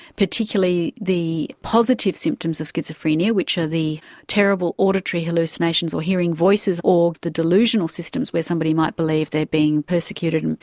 particularly the positive symptoms of schizophrenia, which are the terrible auditory hallucinations or hearing voices, or the delusional symptoms where somebody might believe they're being persecuted, and